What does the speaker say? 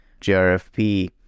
GRFP